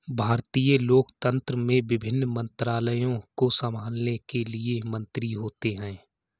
भारतीय लोकतंत्र में विभिन्न मंत्रालयों को संभालने के लिए मंत्री होते हैं